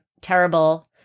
terrible